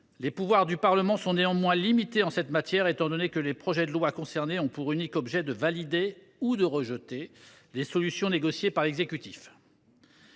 Les pouvoirs de ce dernier sont néanmoins limités en la matière, étant donné que les projets de loi concernés ont pour unique objet de valider, ou de rejeter, les solutions négociées par l’exécutif.